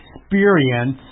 experience